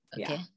okay